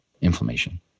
inflammation